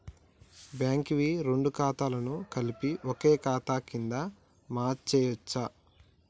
Bank వి రెండు ఖాతాలను కలిపి ఒక ఖాతా కింద మెర్జ్ చేయచ్చా?